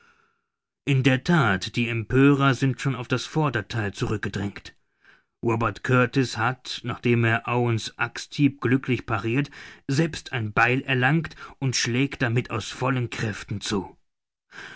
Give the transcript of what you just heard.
in der that die empörer sind schon auf das vordertheil zurückgedrängt robert kurtis hat nachdem er owen's axthieb glücklich parirt selbst ein beil erlangt und schlägt damit aus vollen kräften zu